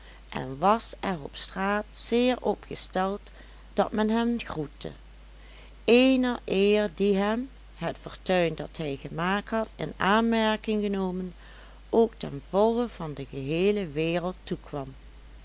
en was er op straat zeer op gesteld dat men hem groette eene eer die hem het fortuin dat hij gemaakt had in aanmerking genomen ook ten volle van de geheele wereld toekwam